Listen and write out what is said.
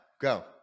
Go